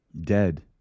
dead